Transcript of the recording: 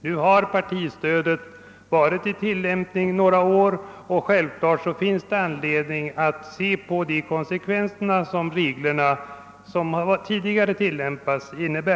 Nu har partistödet funnits under några år, och självklart finns då anled ning att studera konsekvenserna av de regler som tillämpats.